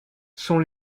sont